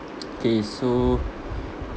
okay so